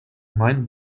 mind